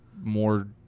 more